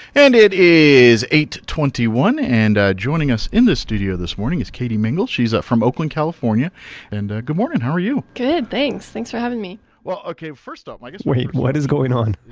and it is eight twenty one and joining us in this studio this morning is katie mingle. she's up from oakland california and, good morning. how are you? good, thanks. thanks for having me well okay, first off i guess wait, what is going on?